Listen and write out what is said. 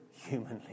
humanly